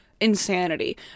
insanity